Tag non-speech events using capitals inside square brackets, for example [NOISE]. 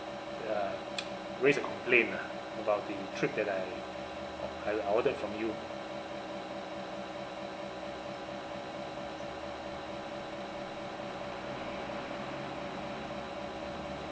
uh [NOISE] raise a complaint lah about the trip that I I ordered from you